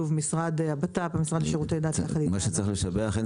מה שצריך לשבח, אין